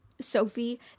Sophie